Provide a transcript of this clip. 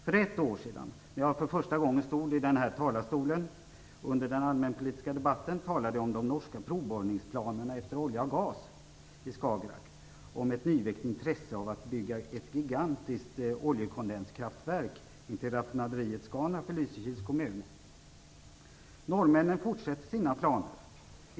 För ett år sedan, när jag för första gången stod i den här talarstolen - under den allmänpolitiska debatten - talade jag om de norska planerna på provborrningar efter olja och gas i Skagerrak och om ett nyväckt intresse av att bygga ett gigantiskt oljekondenskraftverk intill raffinaderiet Scanraff i Lysekils kommun. Norrmännen fortsätter sina planer.